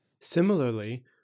Similarly